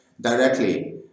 directly